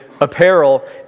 apparel